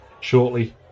Shortly